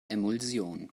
emulsion